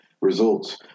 results